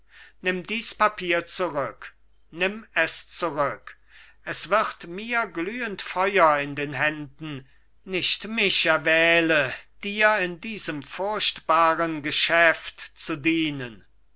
nimm dies papier zurück nimm es zurück es wird mir glühend feuer in den händen nicht mich erwähle dir in diesem furchtbaren geschäft zu dienen